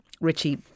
Richie